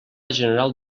general